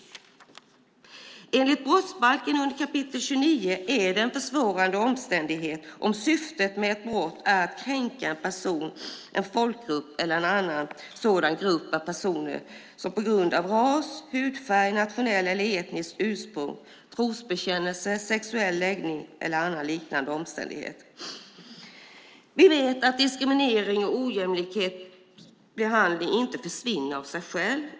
Enligt brottsbalkens kap. 29 är det en försvårande omständighet om syftet med ett brott är att kränka en person, en folkgrupp eller en annan sådan grupp av personer på grund av ras, hudfärg, nationellt eller etniskt ursprung, trosbekännelse, sexuell läggning eller annan liknande omständighet. Vi vet att diskriminering och ojämlik behandling inte försvinner av sig självt.